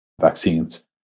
vaccines